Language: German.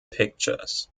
pictures